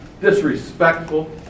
disrespectful